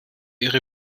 ihre